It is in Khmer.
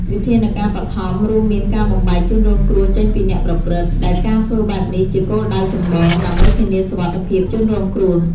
វិធានការបឋមរួមមានការបំបែកជនរងគ្រោះចេញពីអ្នកប្រព្រឹត្ត ដែលការធ្វើបែបនេះជាគោលដៅចម្បង ដើម្បីធានាសុវត្ថិភាពជនរងគ្រោះ។